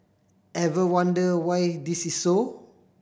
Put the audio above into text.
ever wonder why this is so